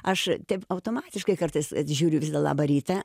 aš e taip automatiškai kartais žiūriu labą rytą